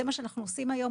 זה מה שאנחנו עושים היום.